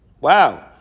Wow